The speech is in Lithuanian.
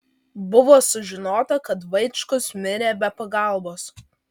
buvo sužinota kad vaičkus mirė be pagalbos